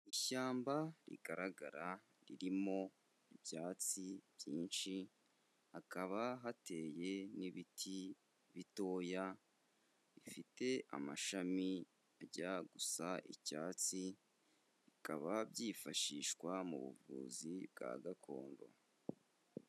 Ishyamba rigaragara ririmo ibyatsi byinshi, hakaba hateye n'ibiti bitoya bifite amashami ajya gusa icyatsi, bikaba byifashishwa mu buvuzi bwa gakondo.